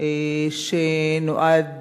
שנועד